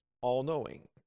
All-knowing